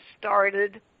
started